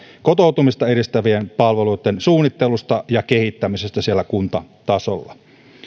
kotoutumista edistävien palveluitten suunnittelusta ja kehittämisestä siellä kuntatasolla